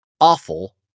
awful